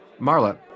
Marla